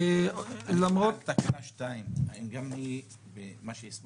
האם גם תקנה2 הוראת